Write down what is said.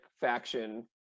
faction